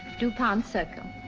duponte circle.